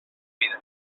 vida